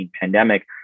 pandemic